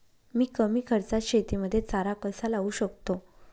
मी कमी खर्चात शेतीमध्ये चारा कसा लावू शकतो?